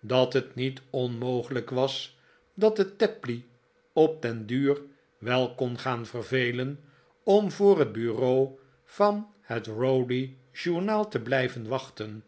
dat het niet onmogelijk was dat het tapley op den duur wel kon gaan vervelen om voor het bureau van het rowdy journal te blijven wachten